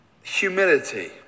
humility